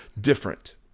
different